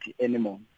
anymore